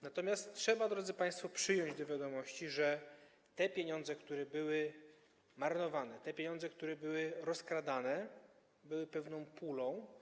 Natomiast trzeba, drodzy państwo, przyjąć do wiadomości, że te pieniądze, które były marnowane, te pieniądze, które były rozkradane, były pewną pulą.